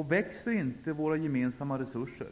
Om våra gemensamma resurser inte